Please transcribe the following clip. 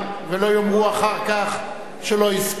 ולא יאמרו אחר כך שלא הספיקו.